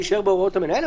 שיישאר בהוראות המנהל,